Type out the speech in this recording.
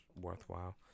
worthwhile